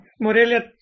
Morelia